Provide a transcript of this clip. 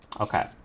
okay